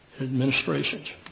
administrations